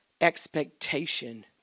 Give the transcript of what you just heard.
expectation